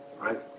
right